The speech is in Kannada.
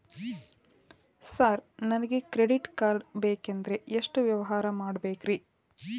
ಸರ್ ನನಗೆ ಕ್ರೆಡಿಟ್ ಕಾರ್ಡ್ ಬೇಕಂದ್ರೆ ಎಷ್ಟು ವ್ಯವಹಾರ ಮಾಡಬೇಕ್ರಿ?